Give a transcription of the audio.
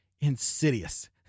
Insidious